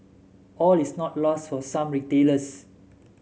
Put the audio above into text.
all is not lost for some retailers